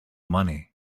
money